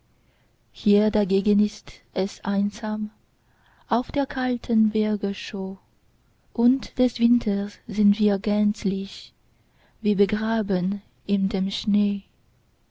hier dagegen ist es einsam auf der kalten bergeshöh und des winters sind wir gänzlich wie begraben in dem schnee